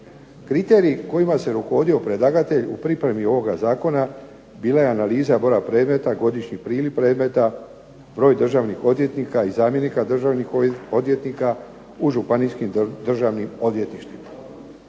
Kriterij kojima se rukovodio predlagatelj u pripremi ovoga Zakona bila je analiza broja predmeta, godišnji priliv predmeta, broj državnih odvjetnika i zamjenika državnih odvjetnika u županijskim državnim odvjetništvima.